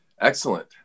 Excellent